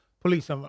Police